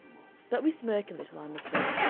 but we smirk a little, i'm afraid,